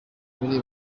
jolly